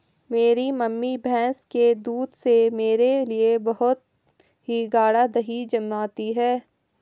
मेरी मम्मी भैंस के दूध से मेरे लिए बहुत ही गाड़ा दही जमाती है